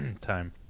time